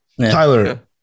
Tyler